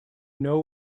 know